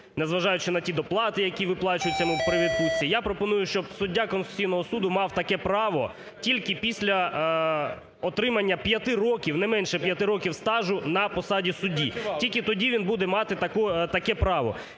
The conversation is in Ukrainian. незважаючи на ті доплати, які виплачуються йому при відпустці. Я пропоную, щоб суддя Конституційного Суду мав таке право тільки після отримання 5 років, не менше 5 років стажу на посаді судді, тільки тоді він буде мати таке право.